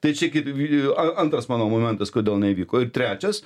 tai čia gi an antras mano momentas kodėl neįvyko ir trečias